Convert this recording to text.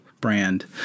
brand